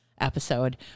episode